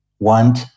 want